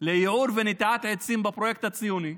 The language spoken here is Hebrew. על ייעור ונטיעת עצים בפרויקט הציוני?